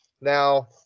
Now